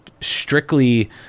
strictly